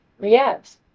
Yes